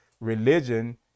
religion